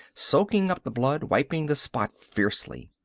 soaking up the blood, wiping the spot fiercely.